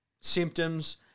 symptoms